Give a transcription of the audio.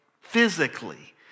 physically